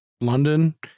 london